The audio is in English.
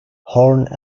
horne